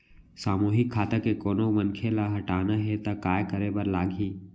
सामूहिक खाता के कोनो मनखे ला हटाना हे ता काय करे बर लागही?